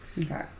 Okay